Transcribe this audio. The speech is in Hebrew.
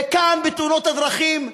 וכאן, בתאונות הדרכים,